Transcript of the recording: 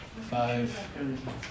five